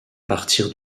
partir